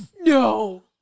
No